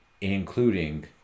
including